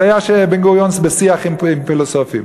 זה היה בן-גוריון בשיח עם פילוסופים.